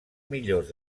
millors